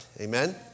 Amen